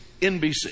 NBC